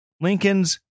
Lincoln's